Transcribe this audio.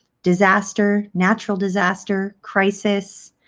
disaster, natural disaster, crisis,